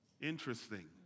Interesting